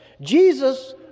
Jesus